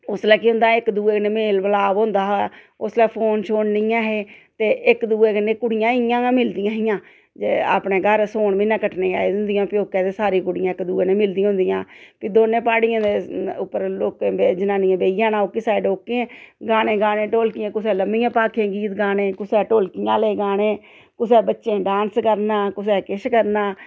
उसलै केह् होंदा इक दुए कन्नै मेल मलाप होंदा हा उसलै फोन शोन नेईं ऐ हे ते इक दुए कन्नै कुड़ियां इयां गै मिलदियां हियां ते अपने घर सौन म्हीना कट्टने गी आई दियां होंदियां हियां प्यौकै ते सारियां कुड़ियां इक दुए कन्नै मिलदियां होंदियां फ्ही दोनें प्हाड़ियें दे उप्पर लोकें जनानियें बेही जाना ओह्की साइड ओह्के गाने गाने ढोलकी कुसै लम्मियां भाखां गीत गाने कुसै ढोलकियां आह्लें गाने कुसै बच्चें डांस करना कुसै किश करना